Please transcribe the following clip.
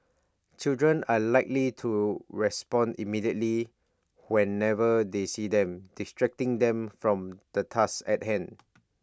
children are likely to respond immediately whenever they see them distracting them from the task at hand